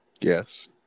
Yes